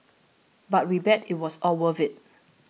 but we bet it was all worth it